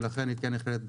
ולכן היא כן נכללת בחוק.